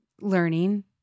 learning